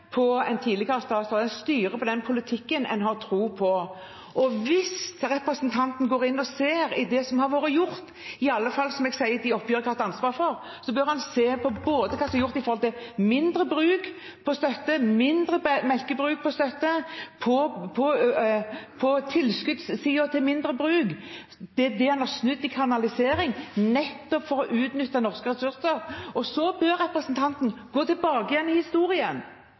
En styrer på den politikken en har tro på. Hvis representanten går inn og ser på det som har vært gjort, i alle fall i de oppgjørene jeg har hatt ansvar for, bør han se at mindre bruk får støtte, at mindre melkebruk får støtte, at tilskudd blir gitt til mindre bruk. En har snudd i kanalisering nettopp for å utnytte norske ressurser. Så bør representanten gå tilbake i historien